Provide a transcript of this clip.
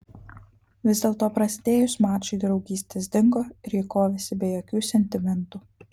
vis dėlto prasidėjus mačui draugystės dingo ir ji kovėsi be jokių sentimentų